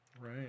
Right